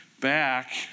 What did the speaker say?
back